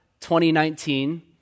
2019